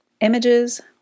Images